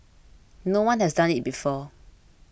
no one has done it before